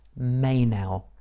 Maynell